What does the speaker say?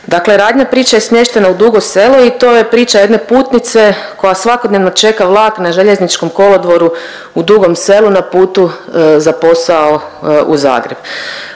radnja priče je smještena u Dugo Selo i to je priča jedne putnice koja svakodnevno čeka vlak na željezničkom kolodvoru u Dugom Selu na putu za posao u Zagreb.